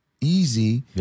easy